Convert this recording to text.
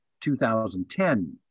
2010